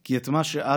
/ כי את מה שאדולף,